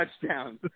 touchdowns